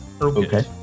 Okay